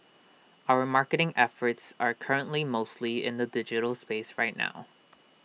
our marketing efforts are currently mostly in the digital space right now